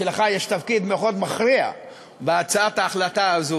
לך יש תפקיד מאוד מכריע בהצעת ההחלטה הזאת,